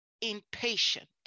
impatient